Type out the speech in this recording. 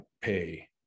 pay